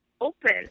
open